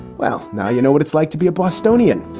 well, now you know what it's like to be a bostonian.